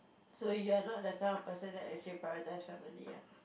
so you're not the kind of person that actually prioritize family ya